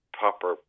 proper